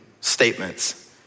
statements